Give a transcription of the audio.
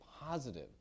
positive